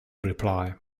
reply